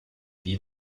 wie